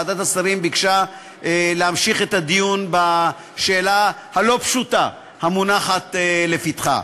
ועדת השרים ביקשה להמשיך את הדיון בשאלה הלא-פשוטה המונחת לפתחה.